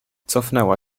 cofnęła